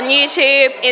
YouTube